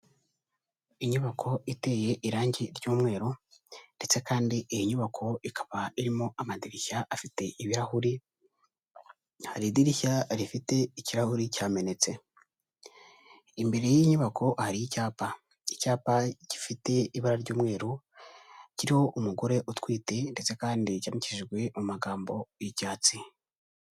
Inyubako iteye irangi ry'umweru, ndetse kandi iyi nyubako ikaba irimo amadirishya afite ibirahuri, hari idirishya rifite ikirahuri cyamenetse, imbere y'iyi nyubako hari icyapa, icyapa gifite ibara ry'umweru kiriho umugore utwite, ndetse kandi cyandikishijwe mu magambo y'icyatsi.